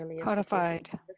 codified